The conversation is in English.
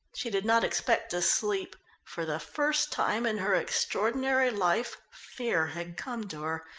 she did not expect to sleep. for the first time in her extraordinary life fear had come to her,